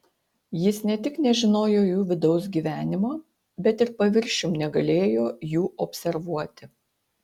jis ne tik nežinojo jų vidaus gyvenimo bet ir paviršium negalėjo jų observuoti